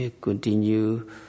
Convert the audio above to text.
continue